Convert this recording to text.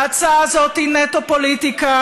ההצעה הזאת היא נטו פוליטיקה,